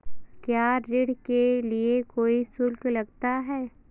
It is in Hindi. क्या ऋण के लिए कोई शुल्क लगता है?